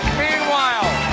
meanwhile!